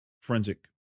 forensic